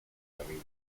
nami